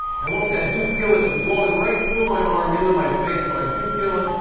i will say i do feel it. it's blowing right through my arm into my face, so i do feel it.